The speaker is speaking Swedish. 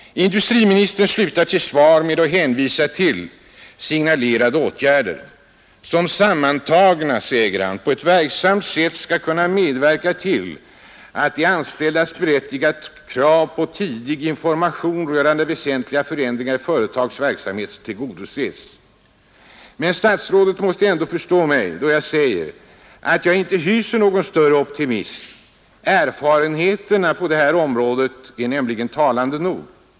Industriministern slutar sitt svar med att hänvisa till signalerade åtgärder. De bör, säger han, ”sammantagna, på ett verksamt sätt kunna medverka till att de anställdas berättigade krav på tidig information rörande väsentliga förändringar i företagens verksamhet tillgodoses”. Men statsrådet måste ändå förstå mig, då jag säger att jag inte hyser någon större optimism. Erfarenheterna på det här området är nämligen talande nog.